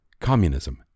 Communism